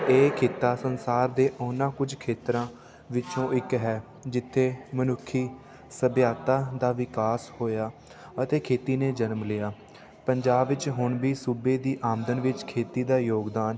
ਇਹ ਕਿੱਤਾ ਸੰਸਾਰ ਦੇ ਉਹਨਾਂ ਕੁਝ ਖੇਤਰਾਂ ਵਿੱਚੋਂ ਇੱਕ ਹੈ ਜਿੱਥੇ ਮਨੁੱਖੀ ਸੱਭਿਅਤਾ ਦਾ ਵਿਕਾਸ ਹੋਇਆ ਅਤੇ ਖੇਤੀ ਨੇ ਜਨਮ ਲਿਆ ਪੰਜਾਬ ਵਿੱਚ ਹੁਣ ਵੀ ਸੂਬੇ ਦੀ ਆਮਦਨ ਵਿੱਚ ਖੇਤੀ ਦਾ ਯੋਗਦਾਨ